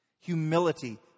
humility